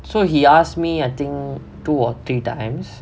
so he asked me I think two or three times